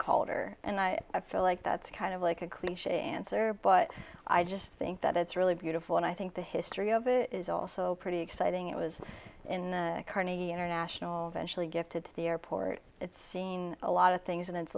calder and i i feel like that's kind of like a clich answer but i just think that it's really beautiful and i think the history of it is also pretty exciting it was in carnegie international get to the airport it's seen a lot of things in